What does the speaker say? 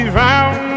round